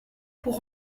pour